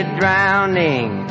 drowning